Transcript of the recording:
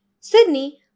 Sydney